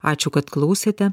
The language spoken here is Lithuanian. ačiū kad klausėte